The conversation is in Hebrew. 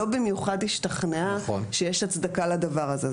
לא במיוחד השתכנעה שיש הצדקה לדבר הזה.